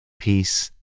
peace